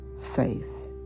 faith